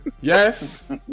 yes